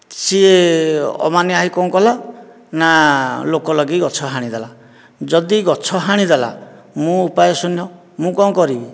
ସିଏ ଅମାନିଆ ହୋଇ କ'ଣ କଲା ନା ଲୋକ ଲଗାଇ ଗଛ ହାଣି ଦେଲା ଯଦି ଗଛ ହାଣିଦେଲା ମୁଁ ଉପାୟଶୂନ୍ୟ ମୁଁ କ'ଣ କରିବି